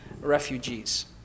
refugees